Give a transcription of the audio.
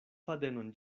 fadenon